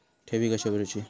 ठेवी कशी भरूची?